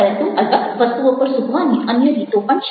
પરંતુ અલબત્ત વસ્તુઓ પર ઝૂકવાની અન્ય રીતો પણ છે